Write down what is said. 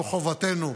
זו חובתנו,